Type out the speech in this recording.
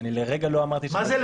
מה זה לתעדף?